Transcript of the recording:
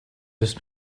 ist